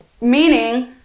meaning